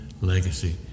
legacy